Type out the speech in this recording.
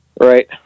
Right